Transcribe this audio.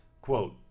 Quote